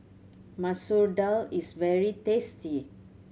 Masoor Dal is very tasty